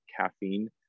caffeine